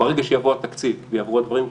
ברגע שיעבור התקציב ויעברו הדברים,